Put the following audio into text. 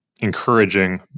encouraging